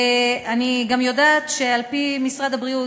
אני גם יודעת שעל-פי משרד הבריאות,